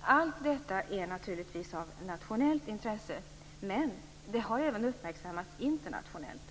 Allt detta är naturligtvis av nationellt intresse, men det har även uppmärksammats internationellt.